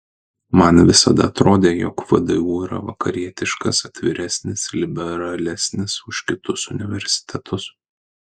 man visada atrodė jog vdu yra vakarietiškas atviresnis liberalesnis už kitus universitetus